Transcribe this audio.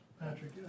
Patrick